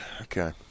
Okay